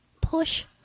push